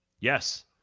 Yes